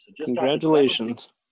Congratulations